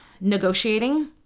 negotiating